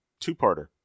two-parter